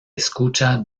escucha